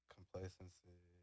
Complacency